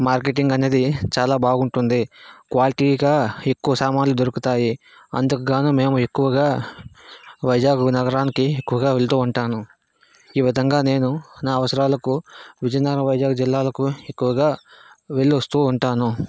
marketing అనేది చాలా బాగుంటుంది క్వాలిటీగా ఎక్కువ సామాన్లు దొరుకుతాయి అందుకుగాను మేము ఎక్కువగా వైజాగ్ నగరానికి ఎక్కువగా వెళ్తూ ఉంటాను ఈ విధంగా నేను నా అవసరాలకు విజయనగరం వైజాగ్ జిల్లాలకు ఎక్కువగా వెళ్ళి వస్తూ ఉంటాను